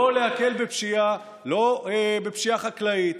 לא להקל בפשיעה חקלאית,